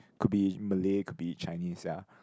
could be malay could be Chinese ya